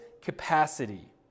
capacity